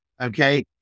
okay